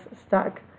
stuck